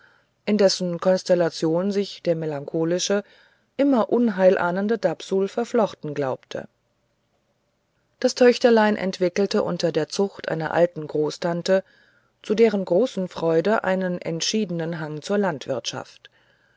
in dessen konstellation sich der melancholische immer unheil ahnende dapsul verflochten glaubte das töchterlein entwickelte unter der zucht einer alten großtante zu deren großen freude einen entschiedenen hang zur landwirtschaft